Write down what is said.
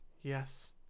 yes